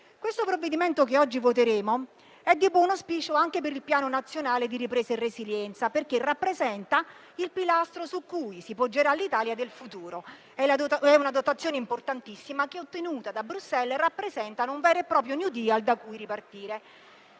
Il provvedimento che oggi voteremo è di buon auspicio anche per il Piano nazionale di ripresa e resilienza, perché rappresenta il pilastro su cui si poggerà l'Italia del futuro. È una dotazione importantissima, che, ottenuta da Bruxelles, rappresenta un vero e proprio *new deal* da cui ripartire;